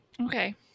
Okay